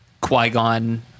Qui-Gon